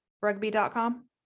rugby.com